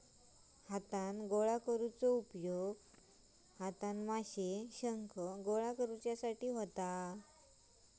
हातान गोळा करुचो उपयोग हातान माशे, शंख गोळा करुसाठी होता